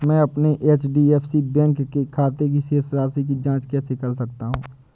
मैं अपने एच.डी.एफ.सी बैंक के खाते की शेष राशि की जाँच कैसे कर सकता हूँ?